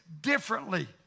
differently